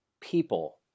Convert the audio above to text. people